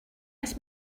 must